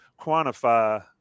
quantify